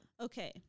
Okay